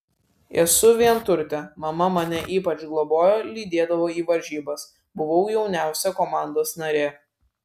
esu vienturtė mama mane ypač globojo lydėdavo į varžybas buvau jauniausia komandos narė